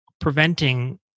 preventing